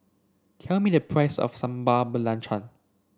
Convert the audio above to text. tell me the price of Sambal Belacan